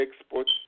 exports